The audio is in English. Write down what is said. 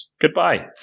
Goodbye